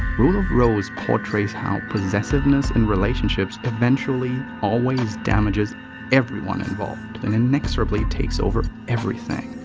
rule of rose portraits how possessiveness in relationships eventually, always, damages everyone involved and inexorably takes over everything.